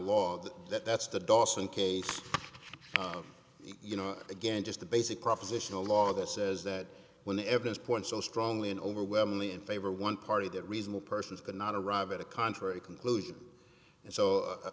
law that that's the dawson case you know again just the basic propositional law that says that when the evidence points so strongly in overwhelmingly in favor one party that reasonable persons cannot arrive at a contrary conclusion and so